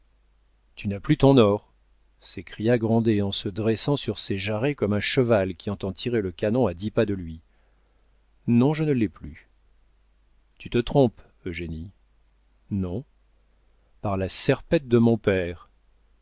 tu n'as plus ton or s'écria grandet en se dressant sur ses jarrets comme un cheval qui entend tirer le canon à dix pas de lui non je ne l'ai plus tu te trompes eugénie non par la serpette de mon père